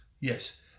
Yes